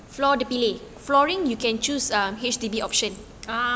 floor dia pilih